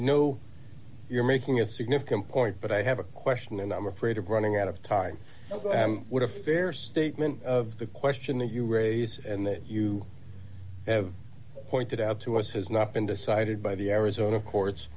know you're making a significant point but i have a question and i'm afraid of running out of time would a fair statement of the question that you raise and that you have pointed out to us has not been decided by the arizona courts